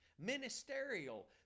Ministerial